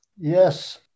Yes